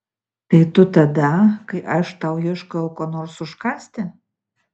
tai tu tada kai aš tau ieškojau ko nors užkąsti